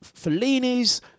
Fellini's